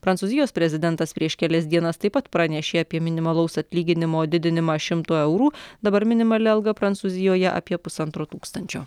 prancūzijos prezidentas prieš kelias dienas taip pat pranešė apie minimalaus atlyginimo didinimą šimtu eurų dabar minimali alga prancūzijoje apie pusantro tūkstančio